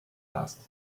asked